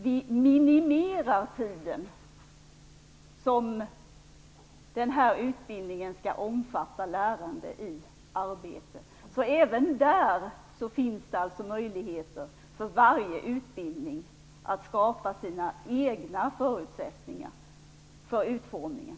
Vi minimerar den tid som utbildningen skall omfatta lärande i arbete. Även där finns det möjligheter för varje utbildning att skapa sina egna förutsättningar för utformningen.